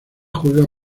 juega